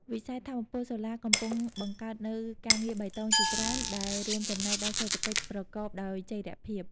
វិស័យថាមពលសូឡាកំពុងបង្កើតនូវការងារបៃតងជាច្រើន ដែលរួមចំណែកដល់សេដ្ឋកិច្ចប្រកបដោយចីរភាព។